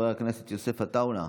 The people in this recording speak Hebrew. חבר הכנסת יוסף עטאונה,